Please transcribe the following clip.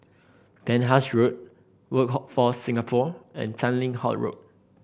Penhas Road Workforce Singapore and Tanglin Halt Road